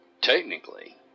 technically